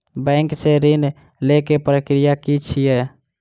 Bank सऽ ऋण लेय केँ प्रक्रिया की छीयै?